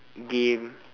game